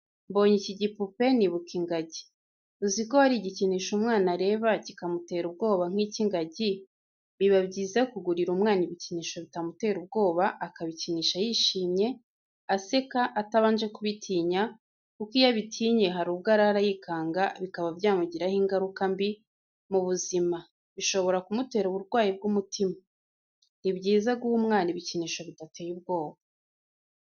Mbonye iki gipupe nibuka ingagi, uzi ko hari igikinisho umwana areba kikamutera ubwoba nk'icy'ingagi, biba byiza kugurira umwana ibikinisho bitamutera ubwoba akabikinisha yishimye, aseka atabanje kubitinya kuko iyo abitinye hari ubwo arara yikanga bikaba byamugiraho ingaruka mbi mu buzima bishobora kumutera uburwayi bw'umutima. Ni byiza guha umwana ibikinisho bidateye ubwoba.